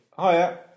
Hiya